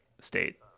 state